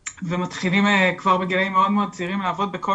ומתחילים כבר בגילאים מאוד-מאוד צעירים לעבוד בכל